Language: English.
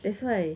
that's why